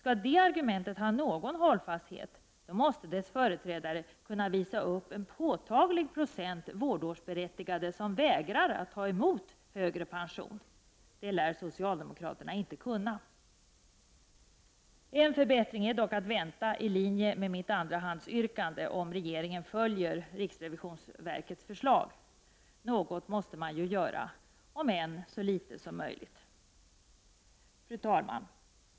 Om det argumentet skall ha någon hållfasthet måste dess företrädare kunna visa upp en påtaglig procent vårdårsberättigade som vägrar att ta emot högre pension. Det lär socialdemokraterna inte kunna! En förbättring i linje med mitt andrahandsyrkande är dock att vänta om regeringen följer riksrevisionsverkets förslag. Något måste man ju göra, om än så litet som möjligt. Fru talman!